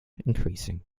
increasing